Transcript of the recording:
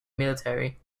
military